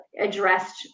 addressed